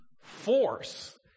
force